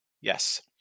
Yes